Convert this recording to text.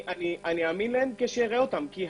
אני אאמין כשאראה אותם מתבצעים.